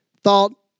thought